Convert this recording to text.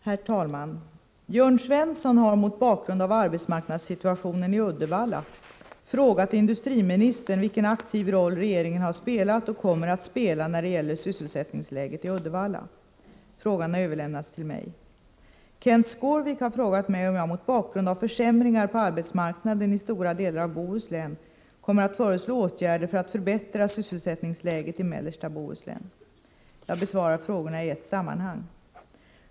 Herr talman! Jörn Svensson har mot bakgrund av arbetsmarknadssituationen i Uddevalla frågat industriministern vilken aktiv roll regeringen har spelat och kommer att spela när det gäller sysselsättningsläget i Uddevalla. Frågan har överlämnats till mig. Kenth Skårvik har frågat mig om jag mot bakgrund av försämringar på arbetsmarknaden i stora delar av Bohuslän kommer att föreslå åtgärder för att förbättra sysselsättningsläget i mellersta Bohuslän. Jag besvarar frågorna i ett sammanhang.